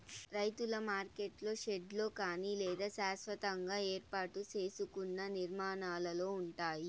రైతుల మార్కెట్లు షెడ్లలో కానీ లేదా శాస్వతంగా ఏర్పాటు సేసుకున్న నిర్మాణాలలో ఉంటాయి